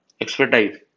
Expertise